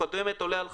קודם כול אני מצטרף